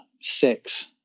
six